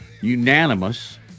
Unanimous